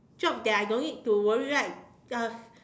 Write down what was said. job that I don't need to worry right uh